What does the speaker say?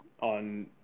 on